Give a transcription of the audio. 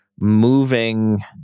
Moving